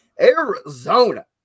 Arizona